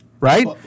right